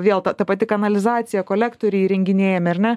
vėl ta pati kanalizacija kolektoriai įrenginėjami ar ne